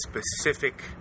specific